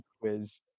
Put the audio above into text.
quiz